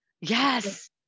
Yes